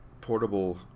portable